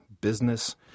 business